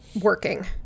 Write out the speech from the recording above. working